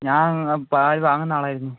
ഞാൻ പാൽ വാങ്ങുന്നയാളായിരുന്നു